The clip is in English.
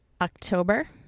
October